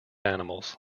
animals